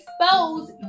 expose